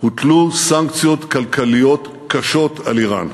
הוטלו סנקציות כלכליות קשות על איראן,